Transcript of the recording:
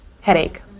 Headache